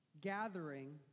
gathering